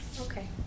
Okay